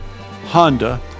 Honda